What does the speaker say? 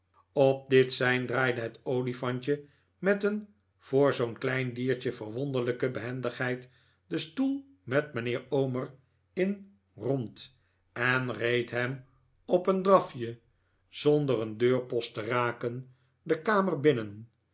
op dit sein draaide het olifantje met een voor zoo'n klein diertje verwonderlijke behendigheid den stoel met mijnheer omer er in rond en reed hem op een drafje zonder een deurpost te raken de kamer binnen